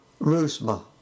Rusma